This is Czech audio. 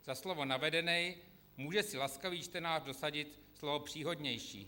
Za slovo navedenej může si laskavý čtenář dosadit slovo příhodnější.